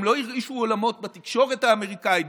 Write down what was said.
הם לא הרעישו עולמות בתקשורת האמריקאית,